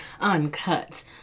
uncut